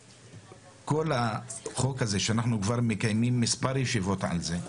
שכל החוק הזה שאנחנו כבר מקיימים מספר ישיבות על זה,